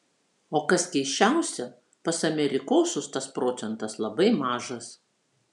o kas keisčiausia pas amerikosus tas procentas labai mažas